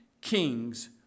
kings